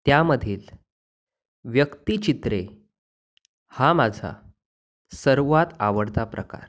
त्यामधील व्यक्तिचित्रे हा माझा सर्वात आवडता प्रकार